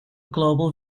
global